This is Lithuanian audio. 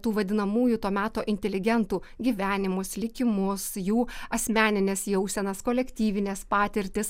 tų vadinamųjų to meto inteligentų gyvenimus likimus jų asmenines jausenas kolektyvines patirtis